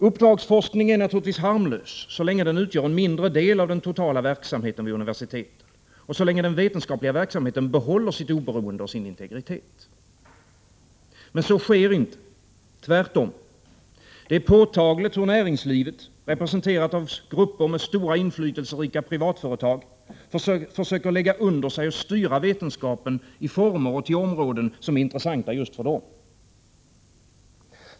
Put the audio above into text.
Uppdragsforskning är naturligtvis harmlös så länge den utgör en mindre del av den totala verksamheten vid universiteten och så länge den vetenskapliga verksamheten behåller sitt oberoende och sin integritet. Men det gör den inte — tvärtom. Det är påtagligt hur näringslivet, representerat av grupper av stora inflytelserika privatföretag, försöker lägga under sig och styra vetenskapen i former och till sådana områden som är intressanta just för dem.